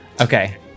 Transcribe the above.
Okay